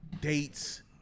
dates